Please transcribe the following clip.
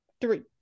three